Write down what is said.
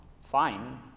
fine